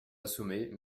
assommés